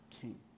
king